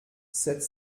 sept